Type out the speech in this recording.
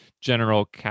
general